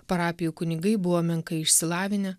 parapijų kunigai buvo menkai išsilavinę